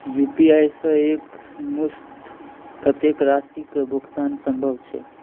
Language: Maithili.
यु.पी.आई सऽ एक मुस्त कत्तेक राशि कऽ भुगतान सम्भव छई?